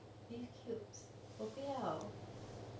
beef cubes 我不要